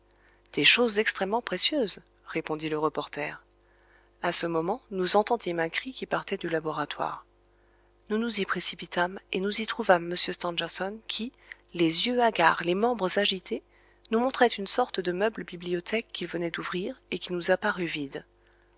des choses extrêmement précieuses répondit le reporter à ce moment nous entendîmes un cri qui partait du laboratoire nous nous y précipitâmes et nous y trouvâmes m stangerson qui les yeux hagards les membres agités nous montrait une sorte de meuble bibliothèque qu'il venait d'ouvrir et qui nous apparut vide